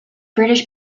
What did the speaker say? british